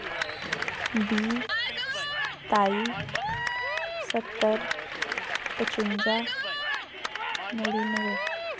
बीह् सताई सत्तर पचुंजा नड़ीनवै